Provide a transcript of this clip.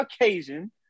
occasion